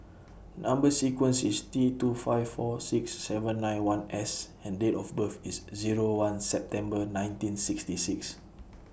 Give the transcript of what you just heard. Number sequence IS T two five four six seven nine one S and Date of birth IS Zero one September nineteen sixty six